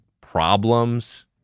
Problems